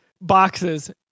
boxes